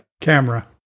camera